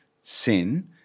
sin